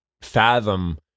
fathom